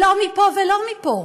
לא מפה ולא מפה.